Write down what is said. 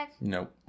Nope